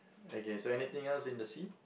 okay so anything else in the sea